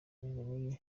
n’iyi